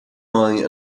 eye